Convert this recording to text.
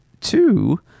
two